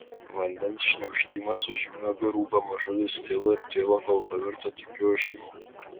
vandens šniokštimas už jų nugarų pamažu vis tilo ir tilo kol pavirto tykiu ošimu